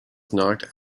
knocked